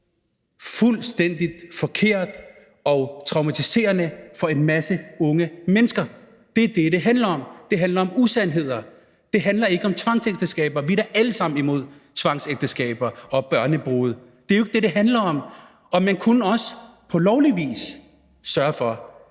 fuldstændig forkert og traumatiserende for en masse unge mennesker. Det er det, det handler om. Det handler om usandheder. Det handler ikke om tvangsægteskaber. Vi er da alle sammen imod tvangsægteskaber og barnebrude. Det er jo ikke det, det handler om. Man kunne også på lovlig vis sørge for